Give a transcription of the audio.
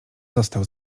został